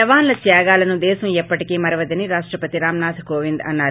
జవాన్ల త్యాగాలను దేశం ఎప్పటికీ మరవదని రాష్టపతి రామ్ నాథ్ కోవింద్ అన్నారు